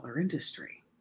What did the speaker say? industry